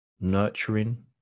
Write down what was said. nurturing